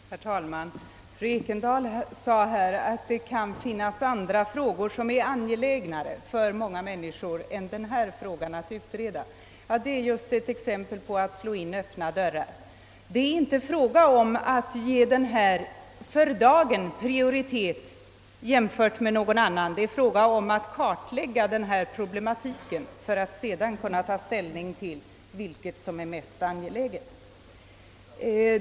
Herr talman! Fru Ekendahl sade att det kan finnas frågor som det för många människor är mera angeläget att få utredda än denna fråga. Detta är just ett exempel på att slå in öppna dörrar. Det gäller inte att ge frågan om sabbatsår prioritet för dagen jämfört med någon annan, utan bara att kartlägga problematiken för att sedan kunna ta ställning till vad som är det mest angelägna.